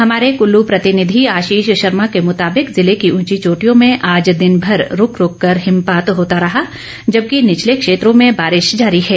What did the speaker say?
हमारे कुल्लू प्रतिनिधि आशीष शर्मा के मुताबिक जिले की ऊंची चोटियों में आज दिनभर रूक रूक कर हिमपात होता रहा जबकि निचले क्षेत्रों में बारिश जारी है